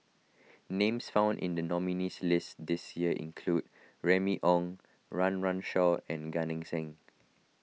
names found in the nominees' list this year include Remy Ong Run Run Shaw and Gan Eng Seng